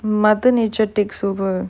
mother nature takes over